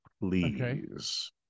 please